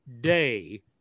day